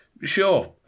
sure